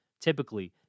typically